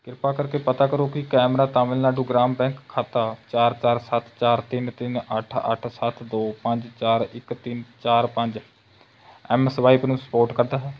ਕ੍ਰਿਪਾ ਕਰਕੇ ਪਤਾ ਕਰੋ ਕਿ ਕੈਮਰਾ ਤਾਮਿਲਨਾਡੂ ਗ੍ਰਾਮ ਬੈਂਕ ਖਾਤਾ ਚਾਰ ਚਾਰ ਸੱਤ ਚਾਰ ਤਿੰਨ ਤਿੰਨ ਅੱਠ ਅੱਠ ਸੱਤ ਦੋ ਪੰਜ ਚਾਰ ਇੱਕ ਤਿੰਨ ਚਾਰ ਪੰਜ ਐਮਸਵਾਈਪ ਨੂੰ ਸਪੋਰਟ ਕਰਦਾ ਹੈ